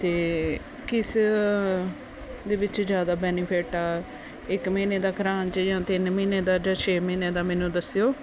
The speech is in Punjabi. ਅਤੇ ਕਿਸ ਦੇ ਵਿੱਚ ਜ਼ਿਆਦਾ ਬੈਨੀਫਿਟ ਆ ਇੱਕ ਮਹੀਨੇ ਦਾ ਕਰਵਾਉਣ 'ਚ ਜਾਂ ਤਿੰਨ ਮਹੀਨੇ ਦਾ ਜਾਂ ਛੇ ਮਹੀਨੇ ਦਾ ਮੈਨੂੰ ਦੱਸਿਓ